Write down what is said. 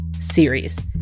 series